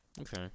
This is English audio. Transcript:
Okay